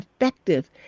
effective